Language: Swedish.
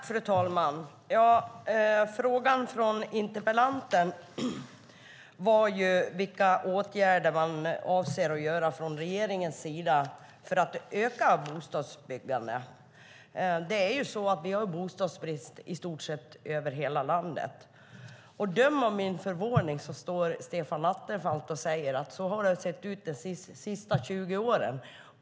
Fru talman! Frågan från interpellanten var vilka åtgärder regeringen avser att vidta för att öka bostadsbyggandet. Det är ju så att vi har bostadsbrist i stort sett över hela landet. Döm om min förvåning när Stefan Attefall säger att så har det sett ut de senaste 20 åren.